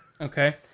Okay